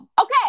Okay